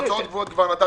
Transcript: הוצאות קבועות כבר נתתי.